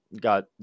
got